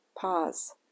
pause